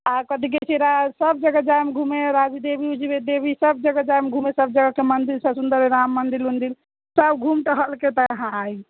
आ कथी कहैत छियै रा सभ जगह जायम घुमे राजदेवी उजदेवी सभ जगह जायम घुमे सभ जगहके मन्दिर सभसँ सुन्दर राम मन्दिर उन्दिर सभ घुम टहलके तब इहाँ आयम